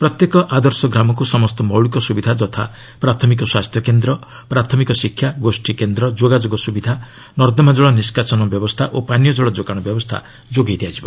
ପ୍ରତ୍ୟେକ ଆଦର୍ଶ ଗ୍ରାମକୁ ସମସ୍ତ ମୌଳିକ ସୁବିଧା ଯଥା ପ୍ରାଥମିକ ସ୍ୱାସ୍ଥ୍ୟକେନ୍ଦ୍ର ପ୍ରାଥମିକ ଶିକ୍ଷା ଗୋଷ୍ଠୀ କେନ୍ଦ୍ର ଯୋଗାଯୋଗ ସ୍ରବିଧା ନର୍ଦ୍ଦମାଜଳ ନିଷ୍କାସନ ବ୍ୟବସ୍ଥା ଓ ପାନୀୟ ଜଳ ଯୋଗାଣ ବ୍ୟବସ୍ଥା ଯୋଗାଇ ଦିଆଯିବ